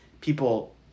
People